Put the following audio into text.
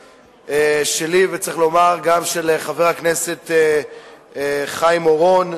שלי, וצריך לומר, גם של חבר הכנסת חיים אורון,